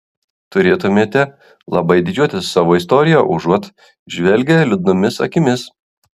turėtumėme labai didžiuotis savo istorija užuot žvelgę liūdnomis akimis